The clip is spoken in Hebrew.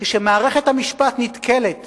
כשמערכת המשפט נתקלת